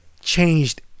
changed